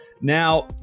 now